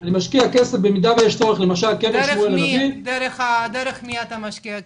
אני משקיע כסף במידה ויש צורך --- דרך מי אתה משקיע כסף?